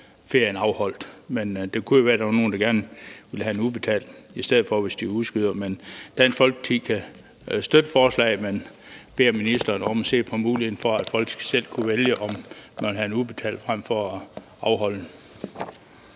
Men det kunne jo være, der var nogle, der gerne ville have den udbetalt i stedet for at udskyde den. Dansk Folkeparti kan støtte forslaget, men beder ministeren om at se på muligheden for, at folk selv skal kunne vælge, om de vil have ferien udbetalt frem for at afholde